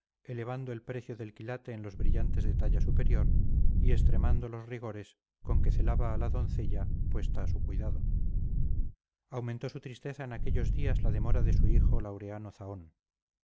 elevando el precio del quilate en los brillantes de talla superior y extremando los rigores con que celaba a la doncella puesta a su cuidado aumentó su tristeza en aquellos días la demora de su hijo laureano zahón